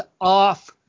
off